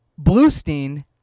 Bluestein